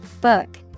book